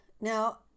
Now